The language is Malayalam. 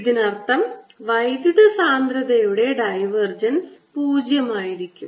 ഇതിനർത്ഥം വൈദ്യുത സാന്ദ്രതയുടെ ഡൈവർ ജൻസ് 0 ആയിരിക്കും